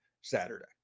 Saturday